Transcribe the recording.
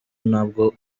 nabwo